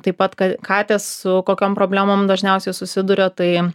taip pat kat katės su kokiom problemom dažniausiai susiduria tai